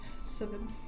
Seven